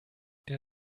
der